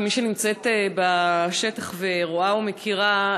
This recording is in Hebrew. כמי שנמצאת בשטח ורואה ומכירה,